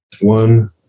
one